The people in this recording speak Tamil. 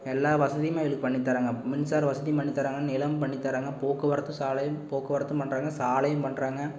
எல்லா வசதியுமே பண்ணி தராங்கள் மின்சார வசதியும் பண்ணித்தராங்கள் நிலம் பண்ணித்தராங்கள் போக்குவரத்து சாலையும் போக்குவரத்தும் பண்றாங்கள் சாலையும் பண்றாங்கள்